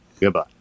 goodbye